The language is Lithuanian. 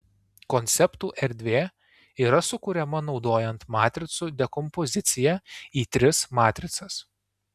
konceptų erdvė yra sukuriama naudojant matricų dekompoziciją į tris matricas